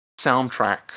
soundtrack